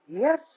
Yes